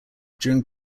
during